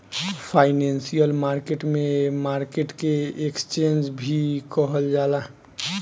financial market में market के exchange भी कहल जाला